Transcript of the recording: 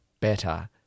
better